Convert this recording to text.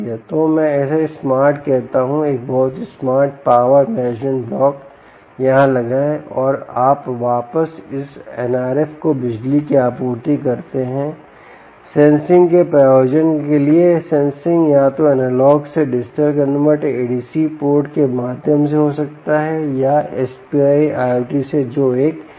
तो मैं इसे स्मार्ट कहता हूं एक बहुत ही स्मार्ट पॉवर मैनेजमेंट ब्लॉक यहाँ लगाएं और आप वापस इस एनआरएफ को बिजली की आपूर्ति करते हैंसेंसिंग के प्रयोजनों के लिए सेंसिंग या तो एनालॉग से डिजिटल कनवर्टर एडीसी पोर्ट के माध्यम से हो सकता है या एसपीआई I2C से जो एक डिजिटल सेंसर है